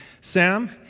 Sam